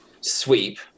sweep